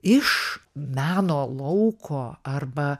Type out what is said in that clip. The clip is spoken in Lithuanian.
iš meno lauko arba